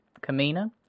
Kamina